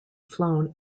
flown